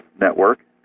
network